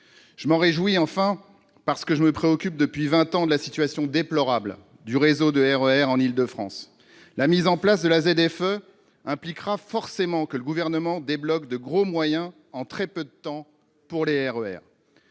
Je m'en réjouis, enfin, parce que je me préoccupe depuis vingt ans de la situation déplorable du réseau RER en Île-de-France. La mise en place de la ZFE obligera le Gouvernement à débloquer de gros moyens en très peu de temps pour les RER.